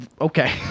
Okay